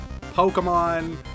Pokemon